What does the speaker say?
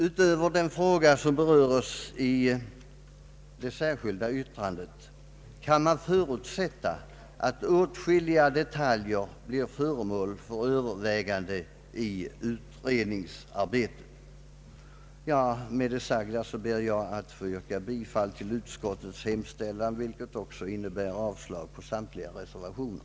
Utöver den fråga som berörs i det särskilda yttrandet kan man förutsätta att åtskilliga detaljer blir föremål för övervägande i utredningsarbetet. Med det sagda ber jag att få yrka bifall till utskottets hemställan, vilket också innebär avslag på samtliga reservationer.